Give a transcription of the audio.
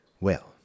Well